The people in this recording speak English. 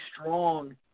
strong